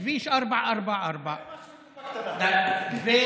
לכביש 444. תן לנו משהו מקופה קטנה.